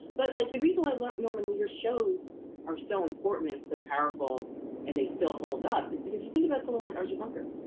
but like the reason why and like norman lear shows are so important and so powerful and they still hold up is because you think and that someone like archie bunker,